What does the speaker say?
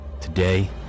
Today